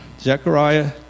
Zechariah